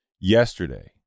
yesterday